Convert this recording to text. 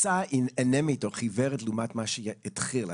גרסה אנמית או חיוורת לעומת איך שהוא התחיל.